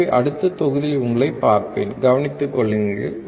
எனவே அடுத்த தொகுதியில் உங்களைப் பார்ப்பேன் கவனித்துக் கொள்ளுங்கள்